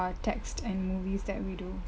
uh text and movies that we do